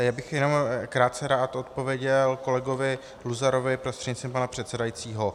Já bych jenom krátce rád odpověděl kolegovi Luzarovi prostřednictvím pana předsedajícího.